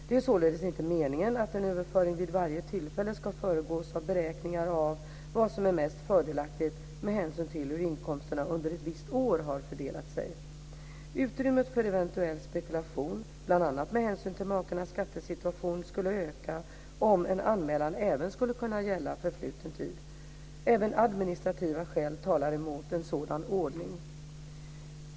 Det är således inte meningen att en överföring vid varje tillfälle ska föregås av beräkningar av vad som är mest fördelaktigt med hänsyn till hur inkomsterna under ett visst år har fördelat sig. Utrymmet för eventuell spekulation, bl.a. med hänsyn till makarnas skattesituation, skulle öka om en anmälan även skulle kunna gälla förfluten tid. Även administrativa skäl talar emot en sådan ordning.